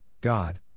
God